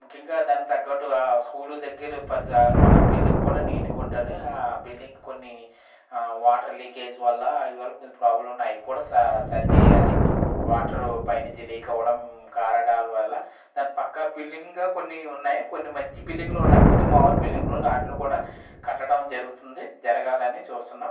ముఖ్యంగా దాన్ని తగ్గట్టు ఆ స్కూలు దగ్గర పరిస కూడా బిల్డింగ్ కూడా నీట్గా ఉండాలి ఆ బిల్డింగ్ కొన్ని వాటర్ లీకేజ్ వల్ల ప్రాబ్లమ్స ఉన్నాయి అవి కూడా సరి చెయ్యాలి వాటర్ పైన నుంచి లీక్ అవడం కారడాల వల్ల దాని పక్క బిల్డింగ్ కొన్ని ఉన్నాయి కొన్ని మంచి బిల్డింగులు ఉన్నయి కొన్ని మామూలు బిల్డింలున్నయి వాటిని కూడా కట్టడం జరుగుతుంది జరగాలని చూస్తున్నాం